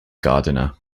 gardiner